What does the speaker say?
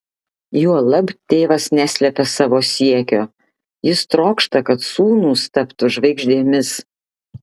juolab tėvas neslepia savo siekio jis trokšta kad sūnūs taptų žvaigždėmis